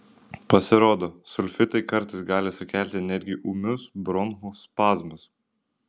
pasirodo sulfitai kartais gali sukelti netgi ūmius bronchų spazmus